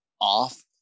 off